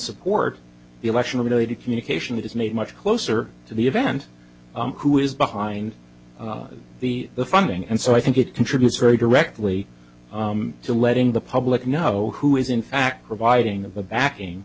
support the election related communication it is made much closer to the event who is behind the the funding and so i think it contributes very directly to letting the public know who is in fact providing the backing